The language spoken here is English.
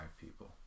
people